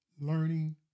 learning